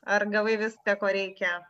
ar gavai viską ko reikia